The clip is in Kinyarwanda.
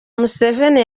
museveni